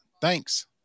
Thanks